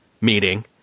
meeting